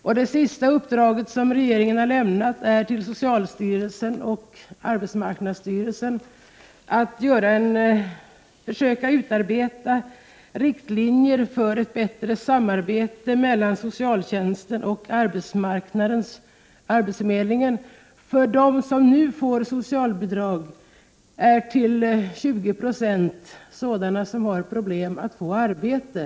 Regeringens senaste uppdrag i frågan har lämnats till socialstyrelsen och arbetsmarknadsstyrelsen och avser att de skall försöka utarbeta riktlinjer för ett bättre samarbete mellan socialtjänsten och arbetsförmedlingen. De som nu får socialbidrag är till 20 96 sådana som har problem med att få arbete.